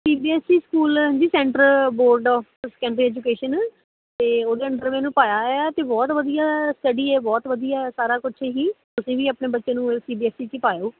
ਸੀ B S E school ਜੀ central board of secondary education ਅਤੇ ਉਹਦੇ ਅੰਡਰ ਮੈਂ ਇਹਨੂੰ ਪਾਇਆ ਹੋਇਆ ਅਤੇ ਬਹੁਤ ਵਧੀਆ ਸਟਡੀ ਏ ਬਹੁਤ ਵਧੀਆ ਸਾਰਾ ਕੁਛ ਹੀ ਤੁਸੀਂ ਵੀ ਆਪਣੇ ਬੱਚੇ ਨੂੰ ਸੀ ਬੀ ਐਸ ਈ 'ਚ ਪਾਇਓ